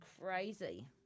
crazy